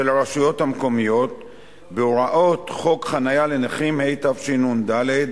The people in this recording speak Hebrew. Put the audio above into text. הרשויות המקומיות בהוראות חוק חנייה לנכים,